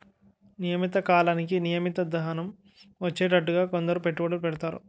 నియమిత కాలానికి నియమిత ధనం వచ్చేటట్టుగా కొందరు పెట్టుబడులు పెడతారు